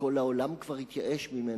שכל העולם כבר התייאש ממנו,